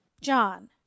John